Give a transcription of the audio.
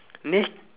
ni~